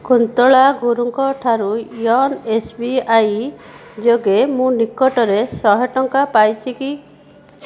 କୁନ୍ତଳା ଗୁରୁଙ୍କଠାରୁ YONO S B I ଯୋଗେ ମୁଁ ନିକଟରେ ଶହେ ଟଙ୍କା ପାଇଛି କି